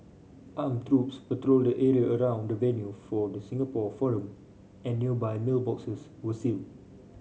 armed troops patrolled the area around the venue for the Singapore forum and nearby mailboxes were sealed